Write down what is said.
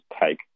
take